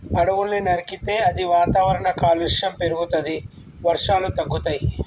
అడవుల్ని నరికితే అది వాతావరణ కాలుష్యం పెరుగుతది, వర్షాలు తగ్గుతయి